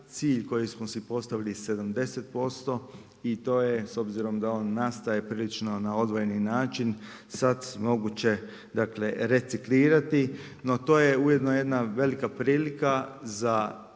Cilj koji smo si postavili 70% i to je s obzirom da on nastaje prilično na odvojeni način, sad je moguće reciklirati. No to je ujedno jedna velika prilika za